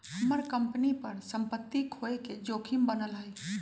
हम्मर कंपनी पर सम्पत्ति खोये के जोखिम बनल हई